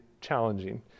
challenging